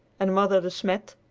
and mother de smet,